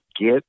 get